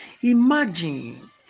Imagine